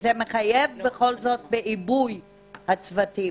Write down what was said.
זה מחייב עיבוי של הצוותים.